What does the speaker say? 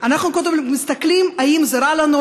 קודם אנחנו מסתכלים אם זה רע לנו,